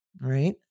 Right